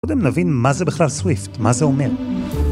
‫קודם נבין מה זה בכלל swift, ‫מה זה אומר.